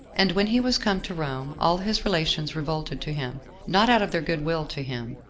and when he was come to rome, all his relations revolted to him not out of their good-will to him,